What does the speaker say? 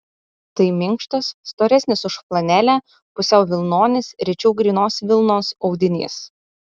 tai minkštas storesnis už flanelę pusiau vilnonis rečiau grynos vilnos audinys